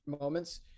moments